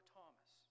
Thomas